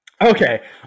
Okay